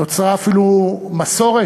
נוצרה אפילו מסורת,